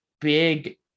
big